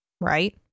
right